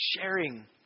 sharing